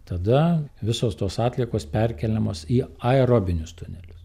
tada visos tos atliekos perkeliamos į aerobinius tunelius